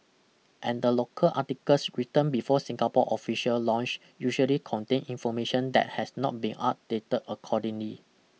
and the local articles written before Singapore's official launch usually contain information that has not been updated accordingly